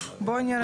טוב, בוא נראה.